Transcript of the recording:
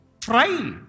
Try